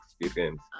experience